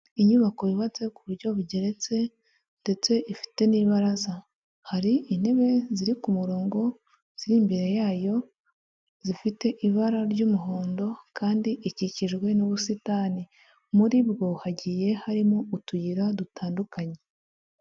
Inyubako yubatse ku buryo bugeretse ndetse ifite n'ibaraza, hari intebe ziri ku murongo ziri imbere yayo zifite ibara ry'umuhondo; kandi ikikijwe n'ubusitani, muri bwo hagiye harimo utuyira dutandukanye.